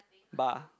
bar